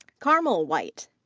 carmel white.